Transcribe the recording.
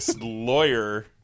lawyer